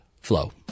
flow